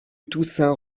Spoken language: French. toussaint